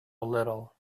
little